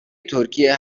ترکیه